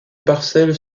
parcelles